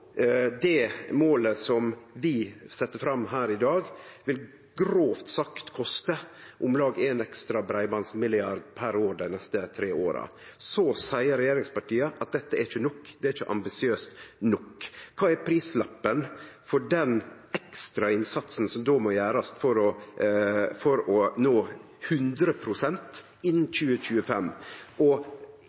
det målet som vi sette fram her i dag, vil grovt sagt koste om lag ein ekstra breibandsmilliard per år dei neste tre åra. Så seier regjeringspartia at dette ikkje er nok, det er ikkje ambisiøst nok. Kva er prislappen for den ekstra innsatsen som då må gjerast for å nå 100 pst. innan 2025? Og